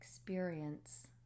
Experience